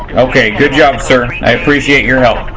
okay good job sir, i appreciate your help.